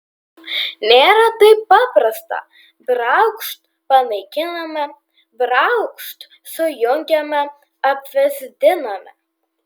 nėra taip paprasta braukšt panaikiname braukšt sujungiame apvesdiname